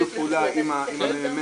בשיתוף פעולה עם הממ"מ,